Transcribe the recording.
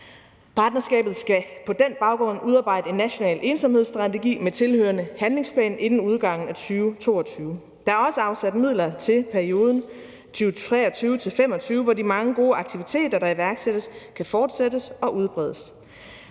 Partnerskabet skal på den baggrund udarbejde en national ensomhedsstrategi med tilhørende handlingsplan inden udgangen af 2022. Der er også afsat midler til perioden 2023-2025, hvor de mange gode aktiviteter, der iværksættes, kan fortsættes og udbredes.